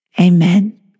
amen